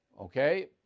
Okay